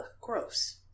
gross